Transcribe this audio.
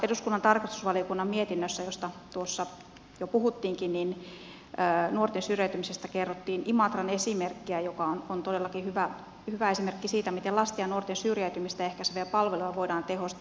eduskunnan tarkastusvaliokunnan mietinnössä josta tuossa jo puhuttiinkin nuorten syrjäytymisestä kerrottiin imatran esimerkkiä joka on todellakin hyvä esimerkki siitä miten lasten ja nuorten syrjäytymistä ehkäiseviä palveluja voidaan tehostaa